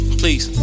please